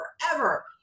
forever